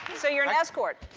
so you're an escort?